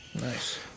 Nice